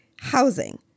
housing